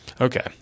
Okay